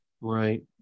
right